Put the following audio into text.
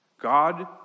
God